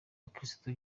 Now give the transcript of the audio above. bakristo